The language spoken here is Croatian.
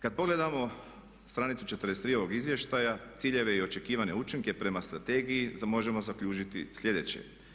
Kad pogledamo stranicu 43 ovog izvješća ciljeve i očekivane učinke prema strategiji možemo zaključiti sljedeće.